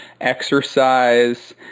Exercise